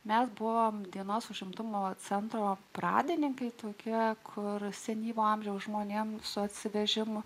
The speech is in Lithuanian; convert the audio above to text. mes buvome dienos užimtumo centro pradininkai tokie kur senyvo amžiaus žmonėms su atsivežimu